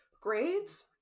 grades